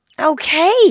Okay